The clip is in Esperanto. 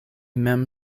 mem